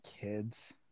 kids